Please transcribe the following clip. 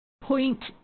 point